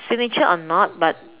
signature or not but